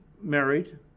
married